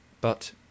But